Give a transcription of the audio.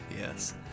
Yes